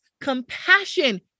compassion